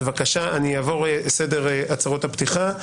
אני אעבור על סדר הצהרות הפתיחה.